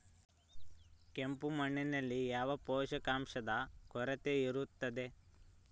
ಕೆಂಪು ಮಣ್ಣಿನಲ್ಲಿ ಯಾವ ಪೋಷಕಾಂಶದ ಕೊರತೆ ಇರುತ್ತದೆ?